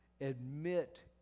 admit